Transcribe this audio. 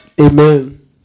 Amen